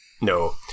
No